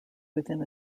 within